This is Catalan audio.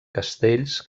castells